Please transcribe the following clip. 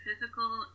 Physical